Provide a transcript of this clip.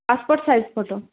passport size photo